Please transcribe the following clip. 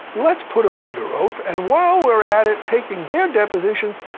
let's put them under oath. and while we're at at taking their depositions,